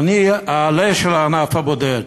ואני העלה של הענף הבודד.